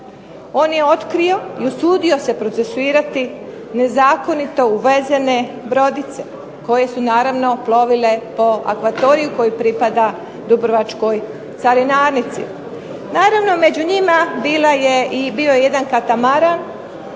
On je otkrio i usudio se procesuirati nezakonito uvezene brodice, koje su naravno plovile po akvatoriju koji pripada dubrovačkoj carinarnici. Naravno među njima bila je, bio je jedan katamaran